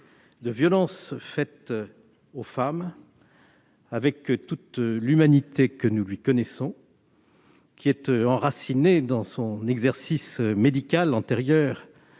Elle y a fait montre de toute l'humanité que nous lui connaissons, qui est enracinée dans son exercice médical antérieur,